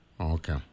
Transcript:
Okay